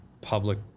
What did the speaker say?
public